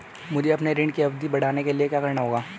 मुझे अपने ऋण की अवधि बढ़वाने के लिए क्या करना होगा?